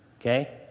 okay